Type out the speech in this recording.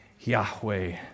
Yahweh